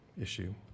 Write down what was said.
issue